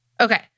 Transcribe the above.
Okay